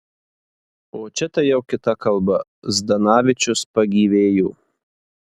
o čia tai jau kita kalba zdanavičius pagyvėjo